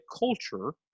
culture